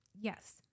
Yes